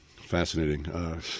fascinating